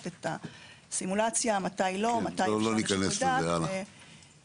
34 תכנון ובנייה לאור תיקון 34 לחוק רישוי עסקים,